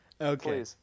okay